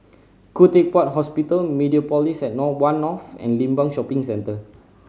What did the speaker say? Khoo Teck Puat Hospital Mediapolis at Nine One North and Limbang Shopping Centre